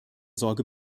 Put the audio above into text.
sorge